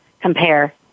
compare